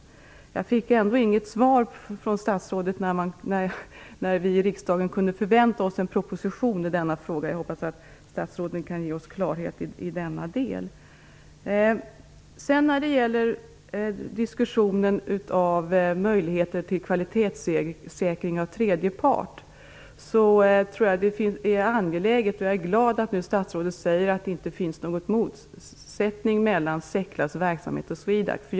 Jag fick inte något besked från statsrådet om när vi i riksdagen kan förvänta oss en proposition i denna fråga. Jag hoppas att statsrådet kan skapa klarhet i denna del. När det sedan gäller diskussionen om möjligheterna att få kvalitetssäkring utförd av tredje part, tror jag att detta är angeläget. Jag är glad att statsrådet nu säger att det inte finns någon motsättning mellan SEQLA:s verksamhet och SWEDAC:s verksamhet.